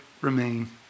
remain